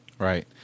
Right